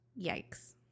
yikes